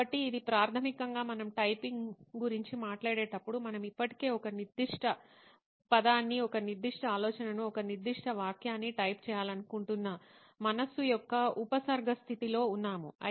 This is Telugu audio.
కాబట్టి ఇది ప్రాథమికంగా మనం టైపింగ్ గురించి మాట్లాడేటప్పుడు మనం ఇప్పటికే ఒక నిర్దిష్ట పదాన్ని ఒక నిర్దిష్ట ఆలోచనను ఒక నిర్దిష్ట వాక్యాన్ని టైప్ చేయాలనుకుంటున్న మనస్సు యొక్క ఉపసర్గ స్థితిలో ఉన్నాము